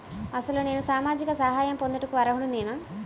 అసలు నేను సామాజిక సహాయం పొందుటకు అర్హుడనేన?